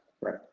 right